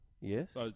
Yes